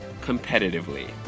competitively